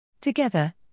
Together